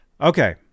Okay